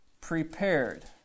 prepared